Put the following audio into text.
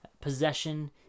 possession